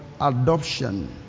adoption